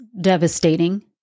devastating